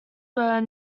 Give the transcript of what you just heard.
were